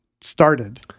started